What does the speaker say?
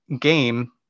game